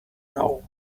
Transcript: know